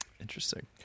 Interesting